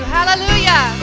Hallelujah